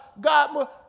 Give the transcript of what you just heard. god